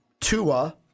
Tua –